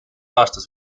aastas